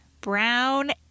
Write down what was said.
brown